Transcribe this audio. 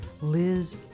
Liz